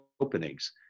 openings